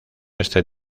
este